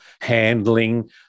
handling